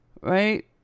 right